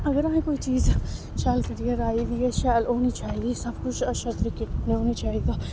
अगर असें कोई चीज़ शैल करियै राही दी ऐ शैल होनी चाहिदी सब कुछ अच्छा होना चाहिदा